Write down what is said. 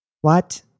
What